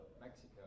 Mexico